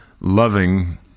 loving